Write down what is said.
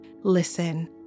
Listen